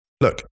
look